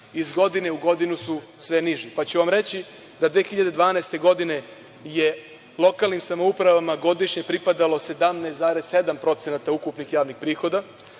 iz godine u godinu su sve niži, pa ću vam reći da 2012. godine je lokalnim samoupravama godišnje pripadalo 17,7% ukupnih javnih prihoda,